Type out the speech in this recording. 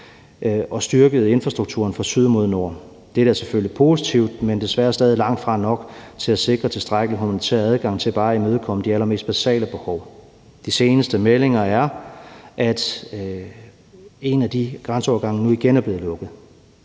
og styrkede infrastrukturen fra syd mod nord. Dette er selvfølgelig positivt, men desværre langtfra nok til at sikre tilstrækkelig humanitær adgang til bare at imødekomme de allermest basale behov. De seneste meldinger er, at en af de grænseovergange nu igen er blevet lukket.